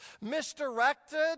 Misdirected